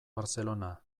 barcellona